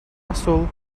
посол